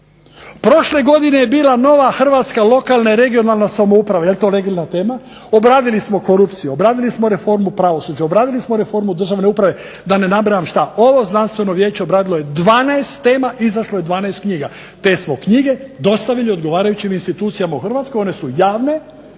Prošle godine je bila nova hrvatska lokalna i regionalna samouprava. Jel to …/Govornik se ne razumije./… tema? Obradili smo korupciju, obradili smo reformu pravosuđa, obradili smo reformu državne uprave, da ne nabrajam šta. Ovo znanstveno vijeće obradilo je 12 tema, izašlo je 12 knjiga. Te smo knjige dostavili odgovarajućim institucijama u Hrvatskoj, one su javne,